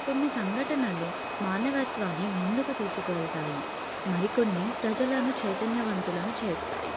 కొన్ని సంఘటనలు మానవత్వాన్ని ముందుకు తీసుకెళ్తాయి మరికొన్ని ప్రజలను చైతన్యవంతులను చేస్తాయి